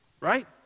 Right